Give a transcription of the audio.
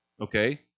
Okay